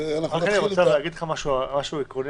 "נר לאחד